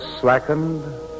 slackened